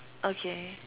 okay